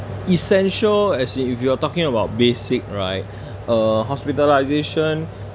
essential as you if you are talking about basic right uh hospitalisation